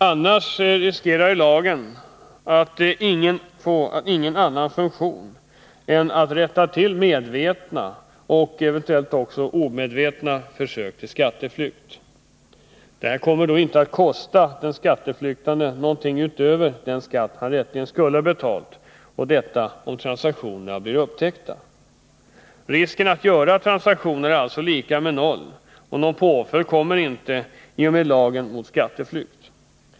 Annars riskerar lagen att inte få någon annan funktion än att rätta till medvetna och eventuellt också omedvetna försök till skatteflykt. Det kommer inte att kosta den skatteflyktande något utöver den skatt han rätteligen skulle ha betalt, och detta om transaktionerna blir upptäckta. Risken i samband med dessa transaktioner är alltså lika med noll, och någon påföljd riskerar den skatteflyktande inte heller i och med lagen mot skatteflykt.